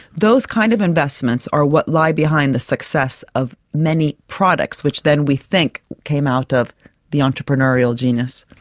those kind of investments are what lie behind the success of many products which then we think came out of the entrepreneurial genius.